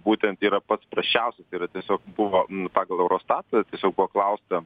būtent yra pats prasčiausias tai yra tiesiog buvo pagal eurostatą tiesiog buvo klausta